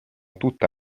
tutta